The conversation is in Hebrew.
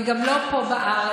וגם לא פה בארץ,